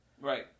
Right